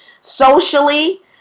Socially